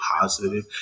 positive